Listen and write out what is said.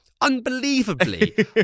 unbelievably